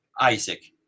Isaac